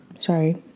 sorry